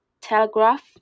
Telegraph